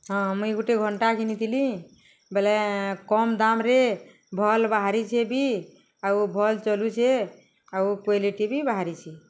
ହଁ ମୁଇଁ ଗୁଟେ ଘଣ୍ଟା ଘିନିଥିଲି ବଏଲେ କମ୍ ଦାମ୍ରେ ଭଲ୍ ବାହାରିଛେ ବି ଆଉ ଭଲ୍ ଚଲୁଛେ ଆଉ କ୍ଵାଲିଟି ବି ବାହାରିଛେ